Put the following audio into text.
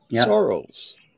Sorrows